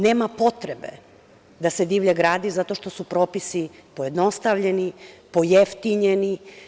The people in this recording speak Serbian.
Nema potrebe da se divlje gradi zato što su propisi pojednostavljeni, pojeftinjeni.